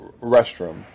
restroom